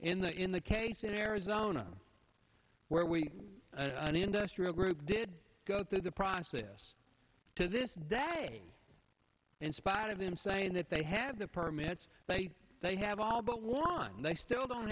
in the in the case in arizona where we an industrial group did go through the process to this day in spite of him saying that they have the permits but they have all but won they still don't